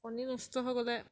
কণী নষ্ট হয় গ'লে